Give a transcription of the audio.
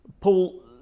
Paul